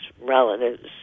relatives